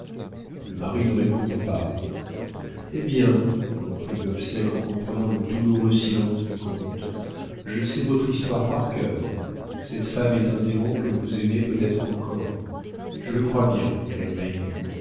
le mari ne répondit pas eh bien reprit gobseck en comprenant le douloureux silence du comte je sais votre histoire par cœur cette femme est un démon que vous aimez peut-être encore je le crois bien elle m'a ému